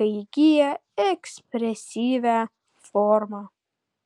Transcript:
kai įgyja ekspresyvią formą